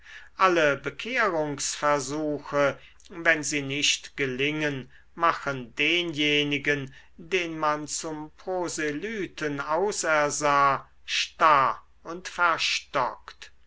alle bekehrungsversuche wenn sie nicht gelingen machen denjenigen den man zum proselyten ausersah starr und verstockt